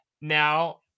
Now